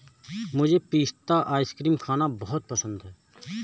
मुझे पिस्ता आइसक्रीम खाना बहुत पसंद है